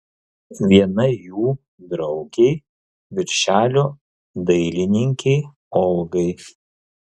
viena jų draugei viršelio dailininkei olgai